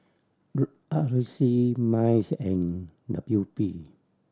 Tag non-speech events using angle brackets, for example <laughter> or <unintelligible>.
<unintelligible> R C MICE and W P